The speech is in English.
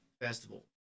festival